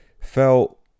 felt